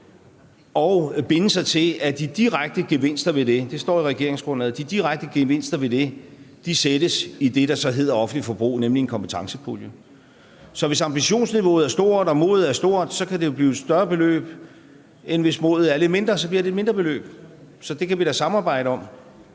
og binde sig til, at de direkte gevinster ved det – det står i regeringsgrundlaget – sættes i det, der hedder offentligt forbrug, nemlig en kompetencepulje. Så hvis ambitionsniveauet er stort og modet er stort, kan det blive et større beløb, men hvis modet er lidt mindre, bliver det et mindre beløb. Så det kan vi da samarbejde om.